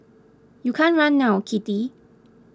you can't run now Kitty